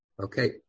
Okay